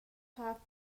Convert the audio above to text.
hngak